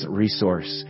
resource